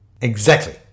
Exactly